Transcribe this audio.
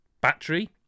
battery